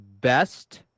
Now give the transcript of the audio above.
best